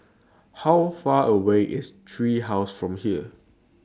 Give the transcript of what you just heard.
How Far away IS Tree House from here